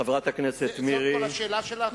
חברת הכנסת מירי, זאת כל השאלה שלך?